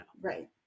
Right